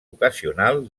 ocasional